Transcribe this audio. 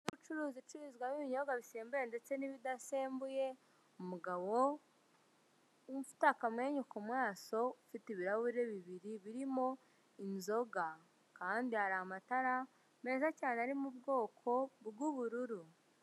Inzu y'ubucuruzi icururizwamo ibinyobwa bisembuye ndetse n'ibidasembuye, umugabo ufite akamwenyu ku maso, ufite ibirahure bibiri birimo inzoga kandi hari amatara meza cyane ari mu bwoko bw'ubururu.